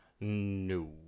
No